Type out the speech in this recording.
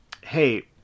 Hey